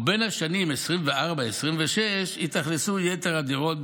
ובין השנים 2024 ו-2026 יתאכלסו יתר הדירות,